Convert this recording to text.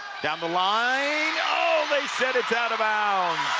down the line oh, they sent it out of bounds.